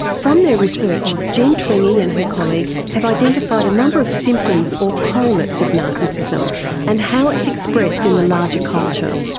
from their research, jean twenge and her colleague have identified a number of symptoms or correlates of narcissism and how it's expressed in the larger culture.